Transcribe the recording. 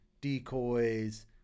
decoys